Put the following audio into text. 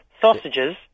sausages